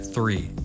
Three